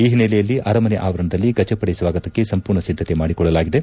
ಈ ಹಿನ್ನೆಲೆಯಲ್ಲಿ ಅರಮನೆ ಆವರಣದಲ್ಲಿ ಗಜಪಡೆ ಸ್ವಾಗತಕ್ಕೆ ಸಂಪೂರ್ಣ ಸಿದ್ದತೆ ಮಾಡಿಕೊಳ್ಳಲಾಗಿದೆ